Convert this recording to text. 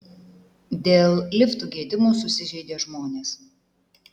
dėl liftų gedimų susižeidė žmonės